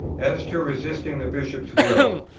as to resisting the bishop's will,